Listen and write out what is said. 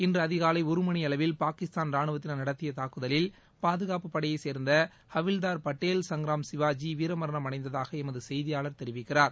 இன்று அதிகாலை ஒருமணி அளவில் பாகிஸ்தான் ரானுவத்தின் நடத்திய தாக்குதலில் பாதுகாப்பு படையை சேர்ந்த ஹவில்தார் பட்டேல் சங்ராம் சிவாஜி வீரமரணம் அடைந்ததாக எமது செய்தியாளர் தெரிவிக்கிறார்